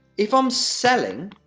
if i'm selling,